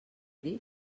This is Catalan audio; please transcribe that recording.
dit